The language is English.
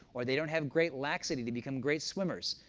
or they don't have great laxity to become great swimmers.